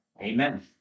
Amen